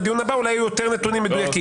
ולקראת הדיון הבא אולי יהיו יותר נתונים מדויקים.